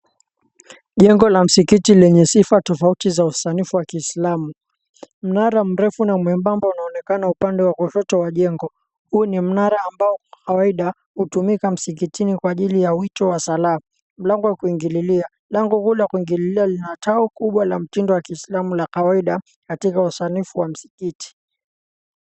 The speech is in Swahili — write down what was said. Jengo la msikiti lenye sifa tofauti za usanifu wa kiislamu, mnara mrefu na mwembamba unaonekana upande wa kushoto wa jengo, huu ni mnara ambao kwa kawaida hutumika msikitini kwa ya wito wa salaa mlango wakuingililia: